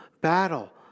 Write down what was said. battle